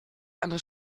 eine